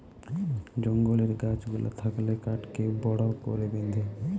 জঙ্গলের গাছ গুলা থাকলে কাঠকে বড় করে বেঁধে